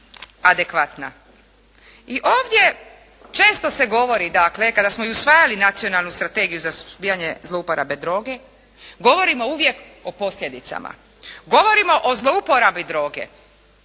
I ovdje često se govori dakle i kada smo usvajali Nacionalnu strategiju za suzbijanje zlouporabe droge, govorimo uvijek o posljedicama. Govorimo o zlouporabi droge.